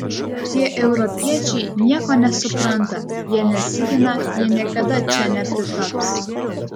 tie europiečiai nieko nesupranta jie nesigina jie niekada čia nepritaps